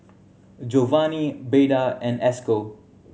Jovany Beda and Esco